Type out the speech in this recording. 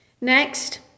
Next